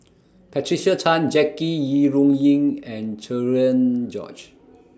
Patricia Chan Jackie Yi Ru Ying and Cherian George